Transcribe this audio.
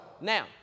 Now